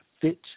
fit